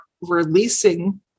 releasing